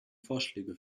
vorschläge